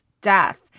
death